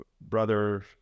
brother